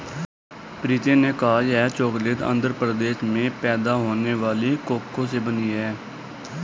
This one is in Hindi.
प्रीति ने कहा यह चॉकलेट आंध्र प्रदेश में पैदा होने वाले कोको से बनी है